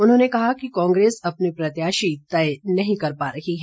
उन्होंने कहा कि कांग्रेस अपने प्रत्याशी तय नहीं कर पा रही है